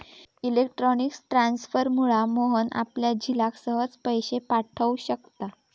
electronic ट्रांसफरमुळा मोहन आपल्या झिलाक सहज पैशे पाठव शकता